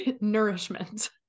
Nourishment